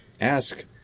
ask